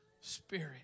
spirit